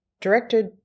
directed